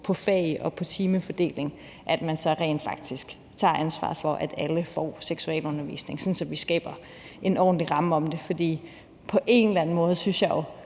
på fag og timefordeling, så rent faktisk tager ansvar for, at alle får seksualundervisning, sådan at vi skaber en ordentlig ramme for det. Vi har diskussionen, hver gang